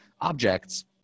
objects